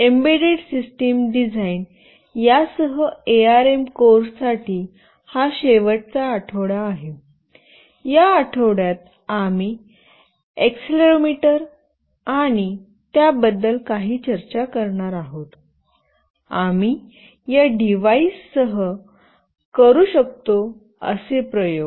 embedded system design यासह ARM कोर्ससाठी हा शेवटचा आठवडा आहे या आठवड्यात आम्ही एक्सेलेरोमीटर आणि त्याबद्दल काही चर्चा करणार आहोत आम्ही या डिव्हाइससह करू शकतो असे प्रयोग